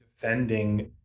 defending